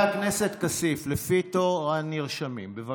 חבר הכנסת כסיף, לפי תור הנרשמים, בבקשה.